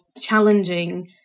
challenging